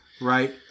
right